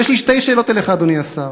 יש לי שתי שאלות אליך, אדוני השר.